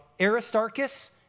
Aristarchus